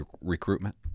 recruitment